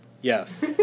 Yes